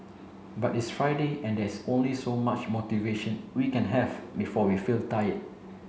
but it's Friday and there's only so much motivation we can have before we feel tired